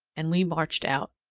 and we marched out,